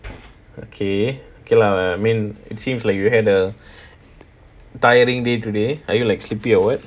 okay okay lah I mean it seems like you had a tiring day today are you like sleepy or what